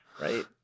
right